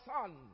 son